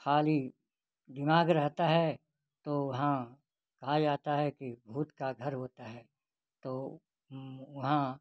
खाली दिमाग रहता है तो वहाँ कहा जाता है कि भूत का घर होता है तो वहाँ